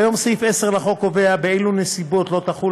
כיום סעיף 10 לחוק קובע באילו נסיבות לא תחול